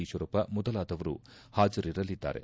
ಈಶ್ವರಪ್ಪ ಮೊದಲಾದವರು ಹಾಜರಿರಲ್ಲಿದ್ದಾರೆ